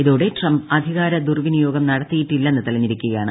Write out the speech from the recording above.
ഇതോടെ ട്രാപ്പ് ആധികാര ദുർവിനിയോഗം നടത്തിയിട്ടില്ലെന്ന് തെളിഞ്ഞിരിക്കൂക്യാണ്